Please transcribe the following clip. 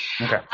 Okay